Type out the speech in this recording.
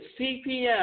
CPM